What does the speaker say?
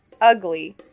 ugly